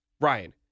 Ryan